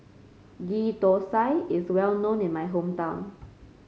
Ghee Thosai is well known in my hometown